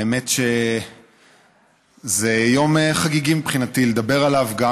האמת שזה יום חגיגי מבחינתי לדבר עליו: גם